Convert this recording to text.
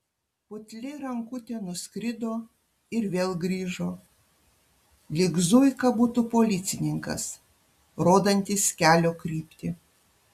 putli rankutė nuskrido ir vėl grįžo lyg zuika būtų policininkas rodantis kelio kryptį